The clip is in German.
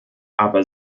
aber